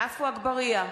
עפו אגבאריה,